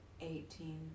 eighteen